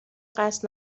قصد